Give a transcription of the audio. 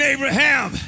Abraham